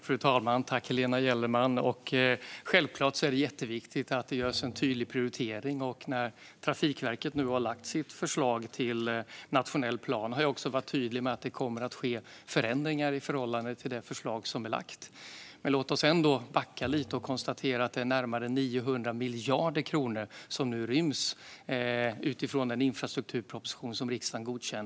Fru talman! Jag tackar Helena Gellerman för frågan. Det är givetvis jätteviktigt att det görs en tydlig prioritering, och när Trafikverket har lagt fram sitt förslag till nationell plan har jag varit tydlig med att det kommer att ske förändringar i förhållande till det förslaget. Låt oss backa lite och konstatera att det är närmare 900 miljarder kronor som nu ryms i den infrastrukturproposition som riksdagen godkänt.